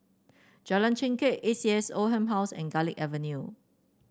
Jalan Chengkek A C S Oldham Halls and Garlick Avenue